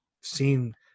seen